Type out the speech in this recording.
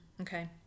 okay